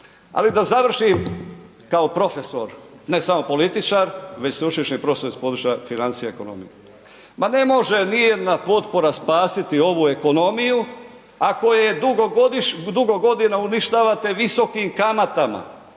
Ali da završim kao profesor, ne samo političar već sveučilišni profesor iz područja financija i ekonomije. Ma ne može nijedna potpora spasiti ovu ekonomiju ako je dugo godina uništavate visokim kamatama,